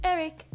Eric